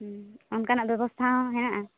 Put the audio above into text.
ᱚᱱᱠᱟᱱᱟᱜ ᱵᱮᱵᱚᱥᱛᱷᱟ ᱦᱚᱸ ᱢᱮᱱᱟᱜᱼᱟ